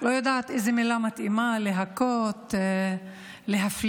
לא יודעת איזו מילה מתאימה, להכות, להפליא?